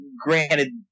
Granted